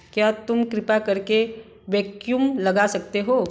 क्या तुम कृपा करके वैक्यूम लगा सकते हो